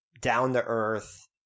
down-to-earth